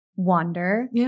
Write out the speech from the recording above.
wander